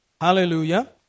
Hallelujah